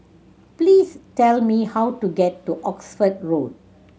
please tell me how to get to Oxford Road